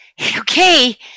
okay